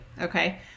Okay